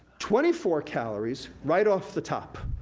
twenty four calories right off the top.